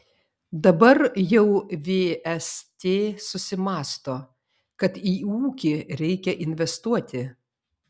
dabar jau vst susimąsto kad į ūkį reikia investuoti